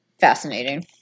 fascinating